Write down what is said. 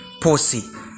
Pussy